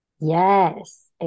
Yes